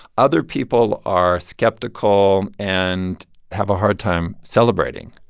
other people are skeptical and have a hard time celebrating.